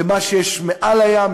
למה שיש מעל הים,